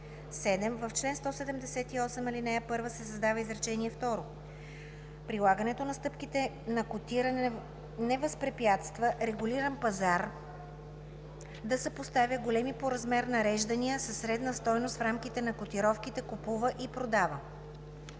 7. В чл. 178, ал. 1 се създава изречение второ: „Прилагането на стъпките на котиране не възпрепятства регулирания пазар да съпоставя големи по размер нареждания със средната стойност в рамките на котировките „купува“ и „продава“.“